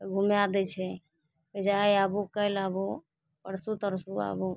तऽ घुमाए दै छै कहै छै आइ आबू काल्हि आबू परसू तरसू आबू